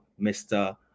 Mr